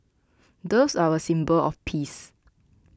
doves are a symbol of peace